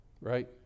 right